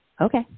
okay